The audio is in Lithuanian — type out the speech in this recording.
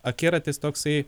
akiratis toksai